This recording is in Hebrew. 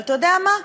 אבל אתה יודע מה?